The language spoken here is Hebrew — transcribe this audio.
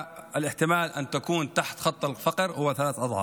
האפשרות שתהיה מתחת לקו העוני הוא פי שלושה.